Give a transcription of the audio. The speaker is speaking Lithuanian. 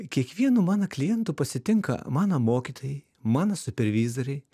kiekvienu mano klientu pasitinka mano mokytojai mano supervizoriai